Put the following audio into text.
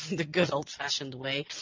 the good old-fashioned way,